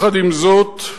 עם זאת,